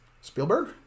Spielberg